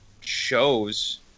shows